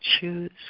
choose